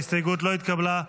ההסתייגות לא התקבלה.